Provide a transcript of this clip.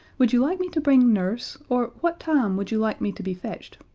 would you like me to bring nurse, or what time would you like me to be fetched,